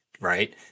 right